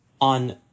on